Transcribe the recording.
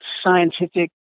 scientific